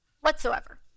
whatsoever